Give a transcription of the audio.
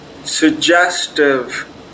Suggestive